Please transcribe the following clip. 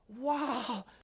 wow